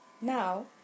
Now